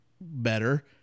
better